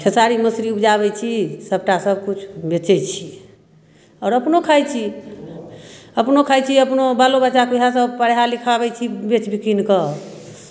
खेसारी मसुरी उपजाबै छी सभटा सभकिछु बेचै छी आओर अपनो खाइ छी अपनो खाइ छी अपनो बालो बच्चाकेँ उएहसभ पढ़ा लिखाबै छी बेचि बिकिन कऽ